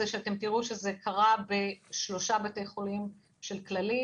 אתם תראו שזה קרה בשלושה בתי חולים של כללית,